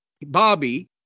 Bobby